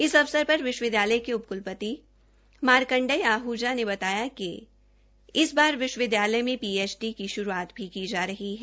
इस अवसर पर विश्वविद्यालय के उप क्लपति माकण्डेय आहजा ने बताया कि इस बार विश्वविद्यालय में पीएचडी की शुरूआत भी की जा रही है